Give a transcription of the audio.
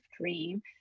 dream